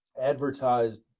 advertised